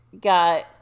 got